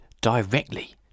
directly